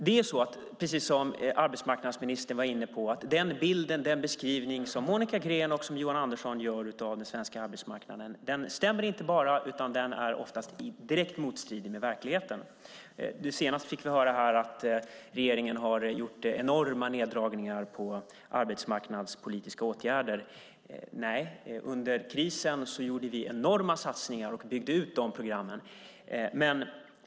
Det är inte bara så, som arbetsmarknadsministern var inne på, att den beskrivning som Monica Green och Johan Andersson gör av den svenska arbetsmarknaden inte stämmer, utan den är oftast direkt motstridig mot verkligheten. Nu senast fick vi höra här att regeringen har gjort enorma neddragningar på arbetsmarknadspolitiska åtgärder. Nej, under krisen gjorde vi enorma satsningar och byggde ut de programmen.